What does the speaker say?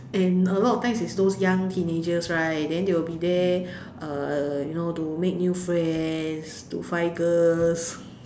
and a lot of times is those young teenagers right then they will be there uh you know to make new friends to find girls